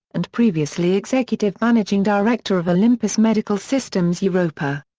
and previously executive managing director of olympus medical systems europa.